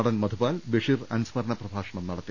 നടൻ മധുപാൽ ബഷീർ അനുസ്മരണ പ്രഭാഷണം നട ത്തി